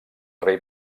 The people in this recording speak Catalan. rei